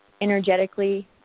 energetically